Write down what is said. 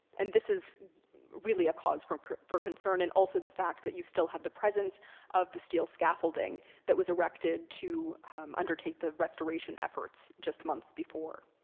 and this is really a cause for for concern and also the fact that you still have the presence of the steel scaffolding that was erected to undertake the restoration efforts just months before.